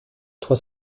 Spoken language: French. trois